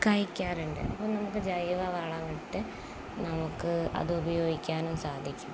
കഴിക്കാറുണ്ട് അപ്പോള് നമുക്കു ജൈവ വളമിട്ടു നമുക്ക് അത് ഉപയോഗിക്കാനും സാധിക്കും